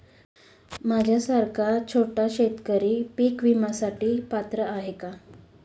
माझ्यासारखा छोटा शेतकरी पीक विम्यासाठी पात्र आहे का?